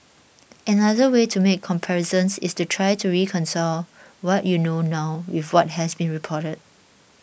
another way to make comparisons is to try to reconcile what you know now with what has been reported